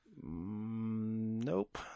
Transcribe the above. Nope